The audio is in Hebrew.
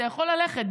אתה יכול ללכת.